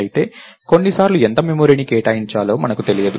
అయితే కొన్నిసార్లు ఎంత మెమరీని కేటాయించాలో మనకు తెలియదు